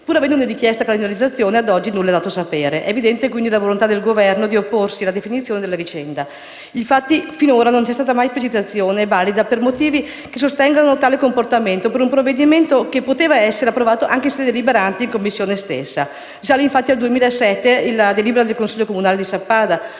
Pur avendone chiesta la ricalendarizzazione, ad oggi nulla è dato sapere. È evidente quindi la volontà del Governo di opporsi alla definizione della vicenda. Infatti, finora non ci sono mai state esplicitate valide motivazioni a sostegno di tale comportamento per un provvedimento che poteva essere approvato anche in sede deliberante in Commissione stessa. Risale, infatti, al 2007 la delibera del Consiglio comunale di Sappada